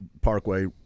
Parkway